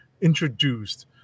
introduced